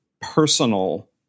personal